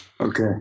okay